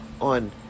on